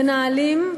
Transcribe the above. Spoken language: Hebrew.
מנהלים,